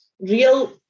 real